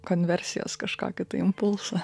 konversijos kažkokį tai impulsą